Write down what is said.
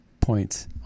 points